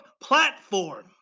platform